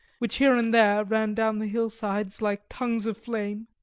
which here and there ran down the hillsides like tongues of flame.